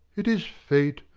it is fate.